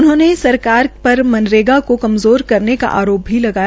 उन्होंने सरकार पर मनरेगा को कमज़ोर करने का आरोप लगाया